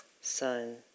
sun